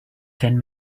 ten